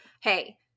hey